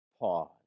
Pause